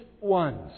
ones